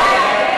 אז חברי